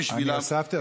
בשבילם, אני הוספתי.